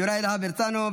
יוראי להב הרצנו,